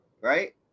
Right